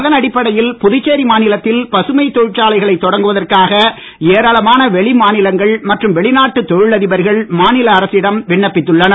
அதனடிப்படையில் புதுச்சேரி மாநிலத்தில் பசுமை தொழிற்சாலைகளை தொடங்குவதற்காக ஏராளமான வெளிமாநிலங்கள் மற்றும் வெளிநாட்டு தொழிலதிபர்கள் மாநில அரசிடம் விண்ணப்பித்துள்ளனர்